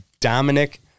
Dominic